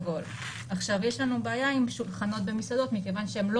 עכשיו יש לנו בעיה עם שולחנות במסעדות מכיוון שהם לא